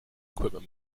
equipment